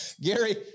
Gary